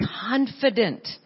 confident